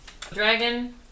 Dragon